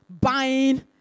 buying